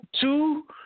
two